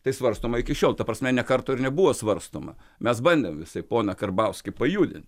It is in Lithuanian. tai svarstoma iki šiol ta prasme nė karto ir nebuvo svarstoma mes bandėm visaip poną karbauskį pajudint